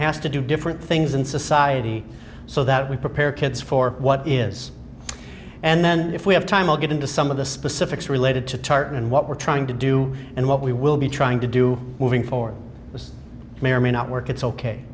do different things in society so that we prepare kids for what is and then if we have time i'll get into some of the specifics related to tarp and what we're trying to do and what we will be trying to do moving forward this may or may not work it's ok